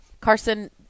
Carson